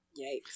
Yikes